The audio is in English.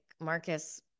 Marcus